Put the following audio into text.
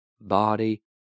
body